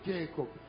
Jacob